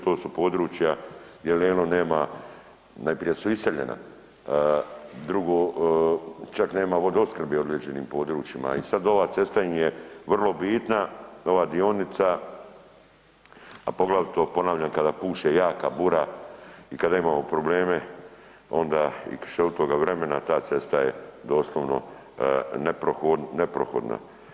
To su područja jel ono nema, najprije su iseljena, drugo čak nema vodoopskrbe u određenim područjima i sada ova cesta im je vrlo bitna, ova dionica, a poglavito ponavljam kada puše jaka bura i kada imamo probleme onda i kišovitoga vremena ta cesta je doslovno neprohodna.